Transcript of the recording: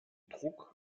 druck